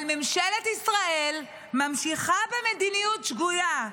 אבל ממשלת ישראל ממשיכה במדיניות שגויה.